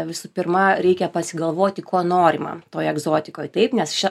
visų pirma reikia pasigalvoti kuo norima toj egzotikoj taip nes ša